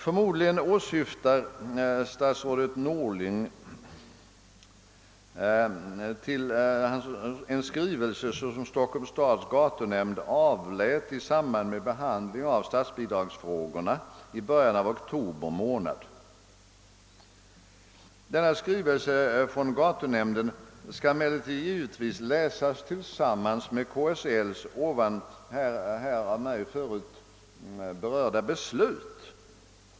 Förmodligen åsyftar statsrådet Norling en skrivelse som Stockholms stads gatunämnd avlät i samband med behandlingen av statsbidragsfrågorna i början av oktober. Gatunämndens skrivelse skall emellertid självfallet läsas tillsammans med KSL:s av mig nyss berörda beslut.